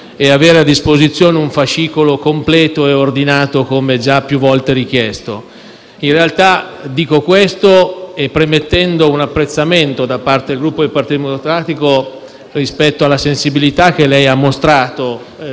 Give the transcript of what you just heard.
e avere a disposizione un fascicolo completo e ordinato, come già più volte richiesto. In realtà, dico questo premettendo un apprezzamento da parte del Gruppo Partito Democratico rispetto alla sensibilità che lei ha mostrato